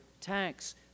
tax